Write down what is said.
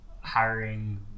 hiring